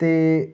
ਅਤੇ